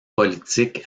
politique